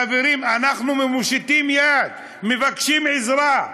חברים, אנחנו מושיטים יד, מבקשים עזרה.